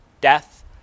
death